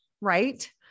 right